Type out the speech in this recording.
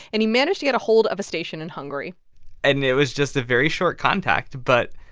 and he managed to get a hold of a station in hungary and it was just a very short contact. but,